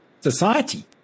society